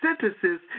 sentences